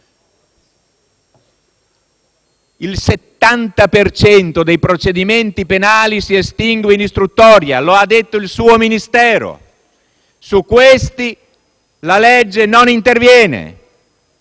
cento dei procedimenti penali si estingue in istruttoria - lo ha detto il suo Ministero - e su questi la legge non interviene.